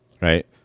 right